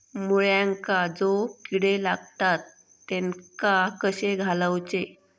मुळ्यांका जो किडे लागतात तेनका कशे घालवचे?